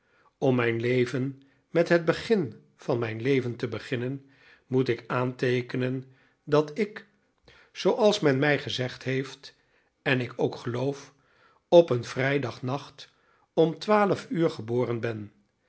om mijn leven met het begin van mijn leven te beginnen moet ik aanteekenen dat ik zooals men mij gezegd heeft en ik ook geloof op een vrijdagnacht om twaalf uur geboren ben